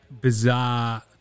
bizarre